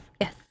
Yes